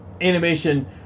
animation